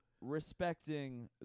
respecting